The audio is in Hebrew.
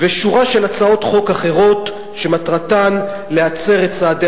ושורה של הצעות חוק אחרות שמטרתן להצר את צעדי